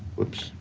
whoops.